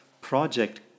project